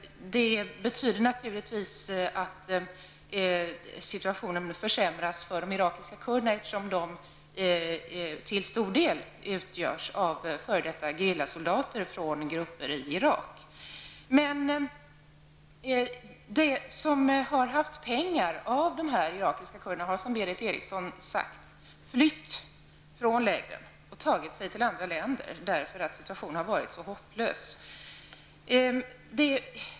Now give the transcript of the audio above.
Det betyder naturligtvis att situationen försämras för de irakiska kurderna eftersom de till stor del utgörs av f.d. detta gerillasoldater från grupper i De som har haft pengar bland de irakiska kurderna har, som Berith Eriksson har sagt, flytt från lägren och tagit sig till andra länder då situationen har varit hopplös.